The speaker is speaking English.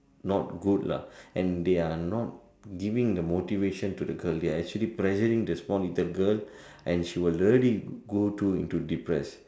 not good lah and they're not giving the motivation to the girl they're actually pressuring the small little girl and she will really go to into depress